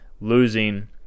losing